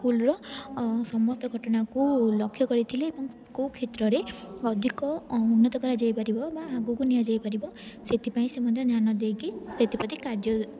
ସ୍କୁଲର ସମସ୍ତ ଘଟଣାକୁ ଲକ୍ଷ କରିଥିଲେ ଏବଂ କୋଉ କ୍ଷେତ୍ରରେ ଅଧିକ ଉନ୍ନତ କରାଯାଇ ପାରିବ ବା ଆଗକୁ ନିଆଯାଇ ପାରିବ ସେଥିପାଇଁ ସେ ମଧ୍ୟ ଧ୍ୟାନ ଦେଇକି ସେଥିପ୍ରତି କାର୍ଯ୍ୟ କରିଥିଲେ